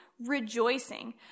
rejoicing